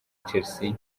chelsea